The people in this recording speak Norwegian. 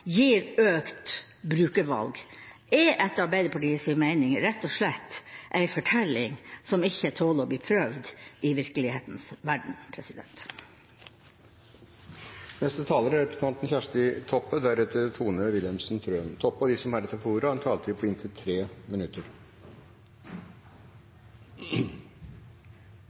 gir økt brukervalg, er etter Arbeiderpartiets mening rett og slett en fortelling som ikke tåler å bli prøvd i virkelighetens verden.